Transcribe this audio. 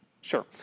Sure